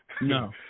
No